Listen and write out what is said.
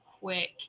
quick